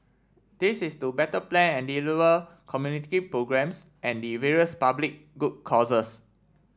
this is to better plan and deliver community programmes and the various public good causes